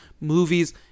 movies